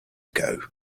ago